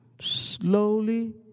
slowly